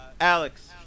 Alex